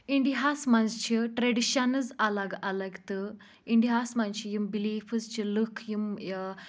اِنٛڈیاہَس منٛز چھِ ٹریڈِشَنٕز الگ الگ تہٕ اِنٛڈیاہَس منٛز چھِ یِم بِلیٖفٕز چھِ لُکھ یِم